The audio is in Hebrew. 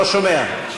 לא שומע.